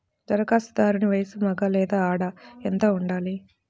ధరఖాస్తుదారుని వయస్సు మగ లేదా ఆడ ఎంత ఉండాలి?